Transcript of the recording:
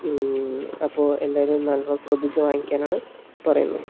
അപ്പോൾ എല്ലാവരും നല്ലോണം ശ്രദ്ധിച്ച് വാങ്ങിക്കാൻ ആണ് പറയുന്നത്